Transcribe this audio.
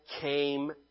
came